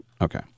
Okay